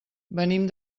venim